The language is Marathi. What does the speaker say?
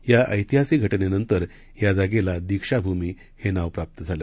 या ऐतिहासिक घटनेनंतर या जागेला दीक्षाभूमी हे नाव प्राप्त झालं